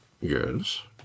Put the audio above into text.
Yes